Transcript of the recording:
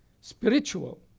spiritual